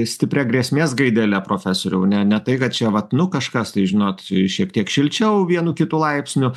stipria grėsmės gaidele profesoriau ne ne tai kad čia vat nu kažkas tai žinot šiek tiek šilčiau vienu kitu laipsniu